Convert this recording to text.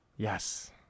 Yes